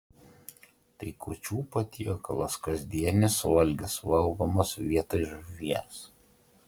tai kūčių patiekalas kasdienis valgis valgomas vietoj žuvies